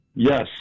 Yes